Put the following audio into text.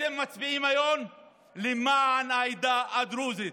אתם מצביעים היום למען העדה הדרוזית,